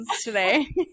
today